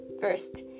first